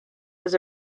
was